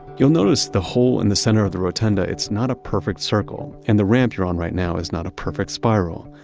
you'll notice the hole in the center of the rotunda. it's not a perfect circle. and the ramp you're on right now is not a perfect spiral.